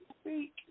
Speak